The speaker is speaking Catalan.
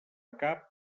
cap